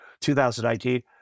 2019